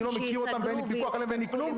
אני לא מכיר אותם ואין לי פיקוח ואין לי כלום,